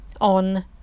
on